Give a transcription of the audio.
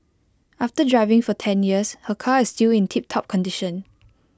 after driving for ten years her car is still in tiptop condition